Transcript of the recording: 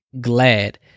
glad